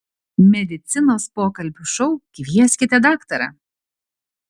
medicinos pokalbių šou kvieskite daktarą